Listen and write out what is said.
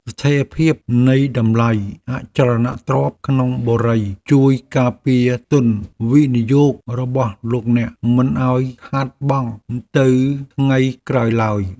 ស្ថិរភាពនៃតម្លៃអចលនទ្រព្យក្នុងបុរីជួយការពារទុនវិនិយោគរបស់លោកអ្នកមិនឱ្យខាតបង់ទៅថ្ងៃក្រោយឡើយ។